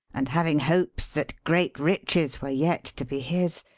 and having hopes that great riches were yet to be his,